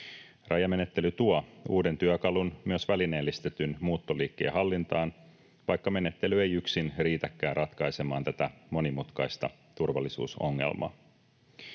Rajamenettely tuo uuden työkalun myös välineellistetyn muuttoliikkeen hallintaan, vaikka menettely ei yksin riitäkään ratkaisemaan tätä monimutkaista turvallisuusongelmaa.